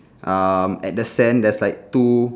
um at the sand there's like two